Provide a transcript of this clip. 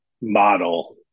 model